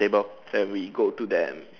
table then we go to them